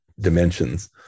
dimensions